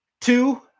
two